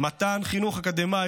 מתן חינוך אקדמי,